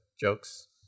jokes